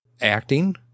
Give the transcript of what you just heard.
acting